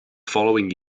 following